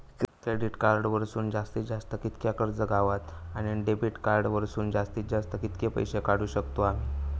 Credit card वरसून जास्तीत जास्त कितक्या कर्ज गावता, आणि डेबिट कार्ड वरसून जास्तीत जास्त कितके पैसे काढुक शकतू आम्ही?